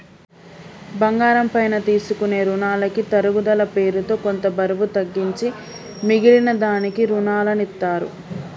బంగారం పైన తీసుకునే రునాలకి తరుగుదల పేరుతో కొంత బరువు తగ్గించి మిగిలిన దానికి రునాలనిత్తారు